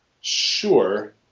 Sure